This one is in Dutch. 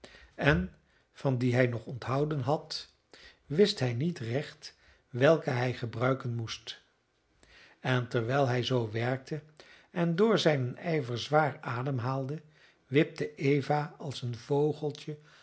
en van die hij nog onthouden had wist hij niet recht welke hij gebruiken moest en terwijl hij zoo werkte en door zijnen ijver zwaar ademhaalde wipte eva als een vogeltje